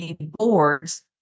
boards